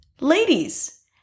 Ladies